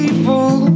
People